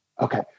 Okay